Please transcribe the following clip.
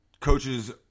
coaches